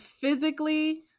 Physically